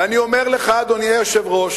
ואני אומר לך, אדוני היושב-ראש,